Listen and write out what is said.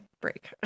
break